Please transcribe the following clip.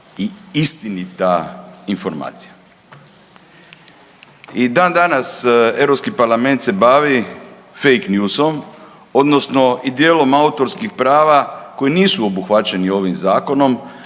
i istinita informacija i dan-danas EU parlament se bavi fake newsom, odnosno i djelom autorskih prava koji nisu obuhvaćeni ovim Zakonom,